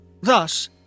Thus